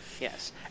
Yes